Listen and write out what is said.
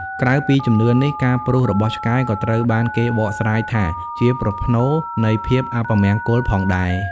ក្រៅពីជំនឿនេះ ការព្រុសរបស់ឆ្កែក៏ត្រូវបានគេបកស្រាយថាជាប្រផ្នូលនៃភាពអពមង្គលផងដែរ។